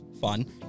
fun